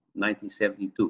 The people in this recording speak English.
1972